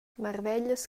marveglias